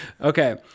Okay